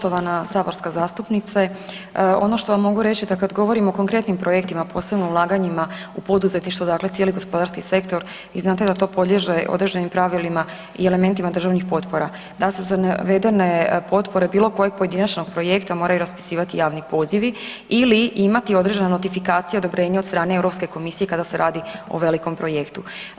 Poštovana saborska zastupnice, ono što vam mogu reći da kad govorim o konkretnim projektima, posebno ulaganjima u poduzetništvo, dakle cijeli gospodarski sektor i znate da to podliježe određenim pravilima i elementima državnih potpora, da se za navedene potpore bilo kojeg pojedinačnog projekta moraju raspisivati javni pozivi ili imati određenu notifikaciju i odobrenje od strane Europske komisije kada se radi o velikom projektu.